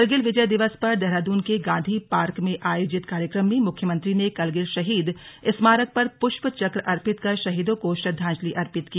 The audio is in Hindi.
करगिल विजय दिवस पर देहरादून के गांधी पार्क में आयोजित कार्यक्रम में मुख्यमंत्री ने करगिल शहीद स्मारक पर पुष्प चक्र अर्पित कर शहीदों को श्रद्वांजलि अर्पित की